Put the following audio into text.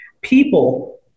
people